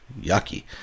Yucky